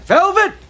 Velvet